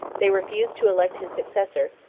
they refused to elect his successor,